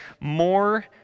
more